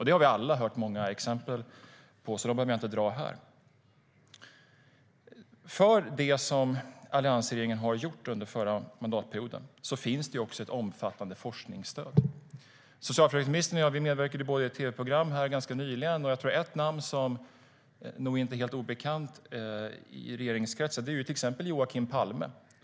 Det har vi alla hört många exempel på, så dem behöver jag inte ta upp här. För det som alliansregeringen genomförde under den förra mandatperioden finns det också ett omfattande forskningsstöd. Socialförsäkringsministern och jag medverkade båda i ett tv-program ganska nyligen. Ett namn som nog inte är helt obekant i regeringskretsar är till exempel Joakim Palme.